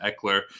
Eckler